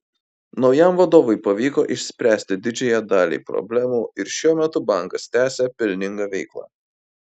naujajam vadovui pavyko išspręsti didžiąją dalį problemų ir šiuo metu bankas tęsią pelningą veiklą